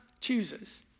chooses